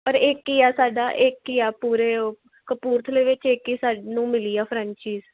ਪਰ ਇੱਕ ਹੀ ਆ ਸਾਡਾ ਇੱਕ ਹੀ ਆ ਪੂਰੇ ਕਪੂਰਥਲੇ ਵਿੱਚ ਇੱਕ ਹੀ ਸਾਨੂੰ ਮਿਲੀ ਆ ਫਰੈਂਚੀਸ